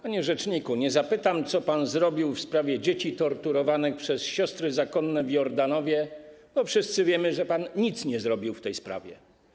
Panie rzeczniku, nie zapytam, co pan zrobił w sprawie dzieci torturowanych przez siostry zakonne w Jordanowie, bo wszyscy wiemy, że pan nic nie zrobił w tej sprawie.